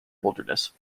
wilderness